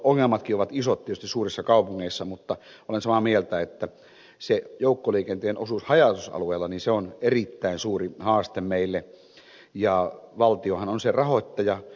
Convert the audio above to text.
no ongelmatkin ovat isot tietysti suurissa kaupungeissa mutta olen samaa mieltä että se joukkoliikenteen osuus haja asutusalueella on erittäin suuri haaste meille ja valtiohan on se rahoittaja